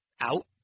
Out